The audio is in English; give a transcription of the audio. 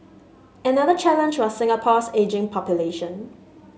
another challenge was Singapore's ageing population